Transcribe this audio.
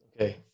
Okay